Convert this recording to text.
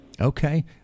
Okay